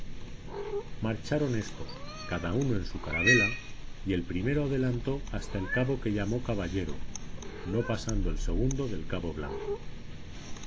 marcharon éstos cada uno en su carabela y el primero adelantó hasta el cabo que llamó caballero no pasando el segundo del cabo blanco